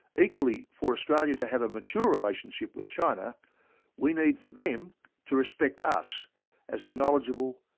equally, for australia to have a mature relationship with china we need for them to respect us as a knowledgeable,